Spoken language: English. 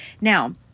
Now